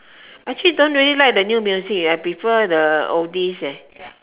actually don't really like the new music I prefer the oldies leh